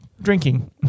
Drinking